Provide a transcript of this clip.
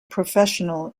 professional